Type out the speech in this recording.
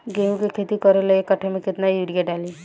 गेहूं के खेती करे ला एक काठा में केतना युरीयाँ डाली?